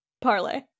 parlay